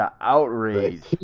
outrage